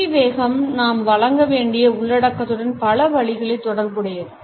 சுருதி வேகம் நாம் வழங்க வேண்டிய உள்ளடக்கத்துடன் பல வழிகளில் தொடர்புடையது